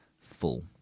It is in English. full